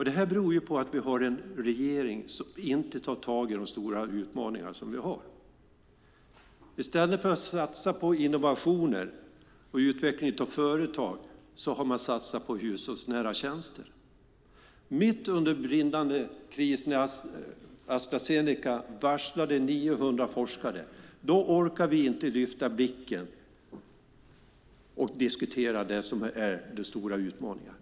Det beror på att vi har en regering som inte tar tag i de stora utmaningar som vi har. I stället för att satsa på innovationer och utveckling av företag har man satsat på hushållsnära tjänster. Mitt under brinnande kris, när Astra Zeneca varslade 900 forskare, orkade vi inte lyfta blicken och diskutera det som är den stora utmaningen.